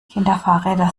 kinderfahrräder